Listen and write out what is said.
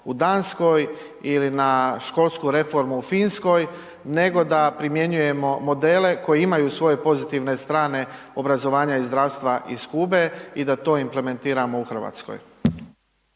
u Danskoj ili na školsku reformu u Finskoj, nego da primjenjujemo modele koji imaju svoje pozitivne strane obrazovanja i zdravstva iz Kube i da to implementiramo u Hrvatskoj.